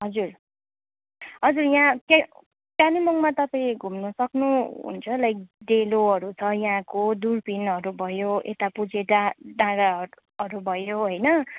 हजुर हजुर यहाँ त्यहाँ कालिम्पोङमा तपाईँ घुम्नु सक्नुहुन्छ लाइक डेलोहरू छ यहाँको दुर्पिनहरू भयो यता पुजे डाँ डाँडा हटहरू भयो होइन